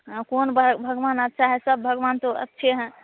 हाँ कौन भगवान अच्छा है सब भगवान तो अच्छे हैं